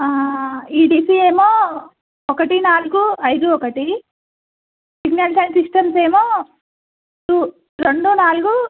EDC ఏమో ఒకటి నాలుగు ఐదు ఒకటి సింగల్ సౌండ్ సిస్టమ్స్ ఏమో టూ రెండు నాలుగు